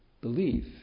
belief